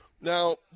Now